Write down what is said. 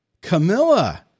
Camilla